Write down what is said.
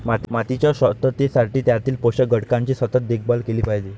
मातीच्या शाश्वततेसाठी त्यातील पोषक घटकांची सतत देखभाल केली पाहिजे